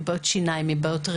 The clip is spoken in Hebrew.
מבעיות שיניים,